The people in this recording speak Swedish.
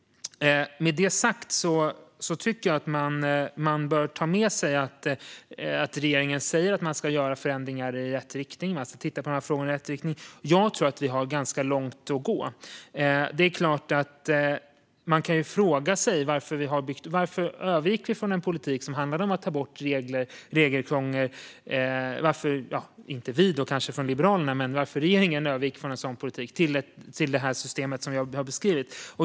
Med det sagt, fru talman, tycker jag att man bör ta med sig att regeringen säger att den ska titta på de här frågorna och göra förändringar i rätt riktning. Jag tror att vi har ganska långt att gå. Det är klart att man kan fråga sig varför vi - inte vi i Liberalerna, kanske, men regeringen - övergick från en politik som handlade om att ta bort regelkrångel till det system som jag har beskrivit.